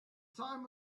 time